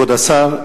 כבוד השר,